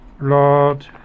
Lord